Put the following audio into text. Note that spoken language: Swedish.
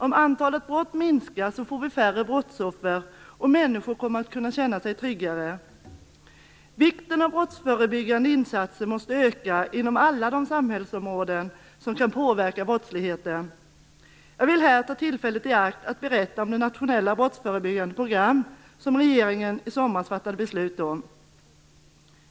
Om antalet brott minskar får vi färre brottsoffer, och människor kommer att känna sig tryggare. Vikten av brottsförebyggande insatser måste öka inom alla de samhällsområden som kan påverka brottsligheten. Jag vill här ta tillfället i akt att berätta om det nationella brottsförebyggande program som regeringen i somras fattade beslut om.